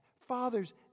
fathers